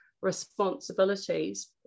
responsibilities